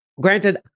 granted